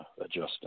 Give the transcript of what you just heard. adjusting